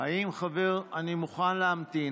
אני מוכן להמתין.